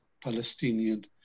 Palestinian